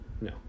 no